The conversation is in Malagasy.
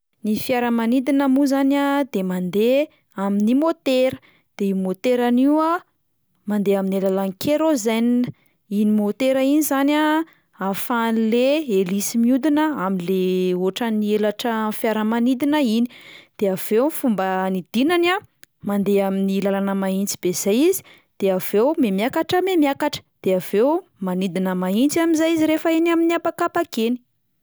Ny fiaramanidina moa zany a de mandeha amin'ny motera de io moterany io a mandeha amin'ny alalan'ny kérosène, iny motera iny zany a ahafahan'le hélice mihodina amin'le ohatran'ny helatra amin'ny fiaramanidina iny, de avy eo ny fomba hanidinana a mandeha amin'ny làlana mahitsy be zay izy de avy eo mihamiakatra mihamiakatra, de avy eo manidina mahitsy amin'izay izy rehefa eny amin'ny habakabaka eny.